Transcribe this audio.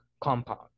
compound